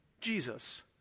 Jesus